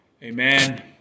Amen